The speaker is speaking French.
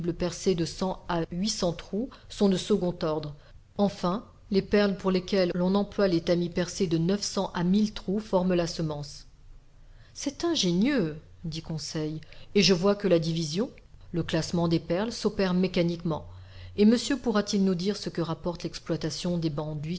de cent à huit cents trous sont de second ordre enfin les perles pour lesquelles l'on emploie les tamis percés de neuf cents à mille trous forment la semence c'est ingénieux dit conseil et je vois que la division le classement des perles s'opère mécaniquement et monsieur pourra-t-il nous dire ce que rapporte l'exploitation des bancs